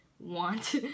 Want